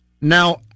Now